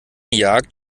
jagd